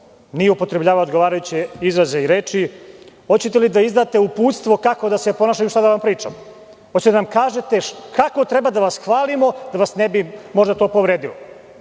nije upotrebljavao odgovarajuće izraze i reči. Hoćete li da izdate uputstvo kako da se ponašamo i šta da vam pričamo? Hoćete li da nam kažete kako treba da vas hvalimo da vas ne bi možda to povredilo?